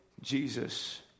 Jesus